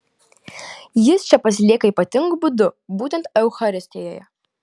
jis čia pasilieka ypatingu būdu būtent eucharistijoje